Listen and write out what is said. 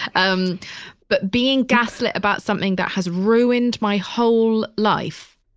um but being gas lit about something that has ruined my whole life.